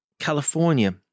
California